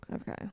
Okay